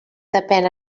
depèn